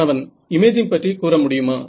மாணவன் இமேஜிங் பற்றி கூற முடியுமா